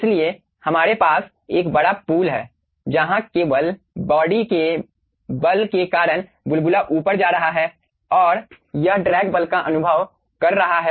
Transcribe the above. इसलिए हमारे पास एक बड़ा पूल है जहां केवल बॉडी के बल के कारण बुलबुला ऊपर जा रहा है और यह ड्रैग बल का अनुभव कर रहा है